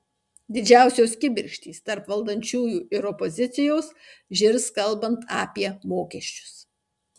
didžiausios kibirkštys tarp valdančiųjų ir opozicijos žirs kalbant apie mokesčius